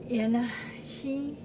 ya lah she